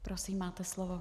Prosím, máte slovo.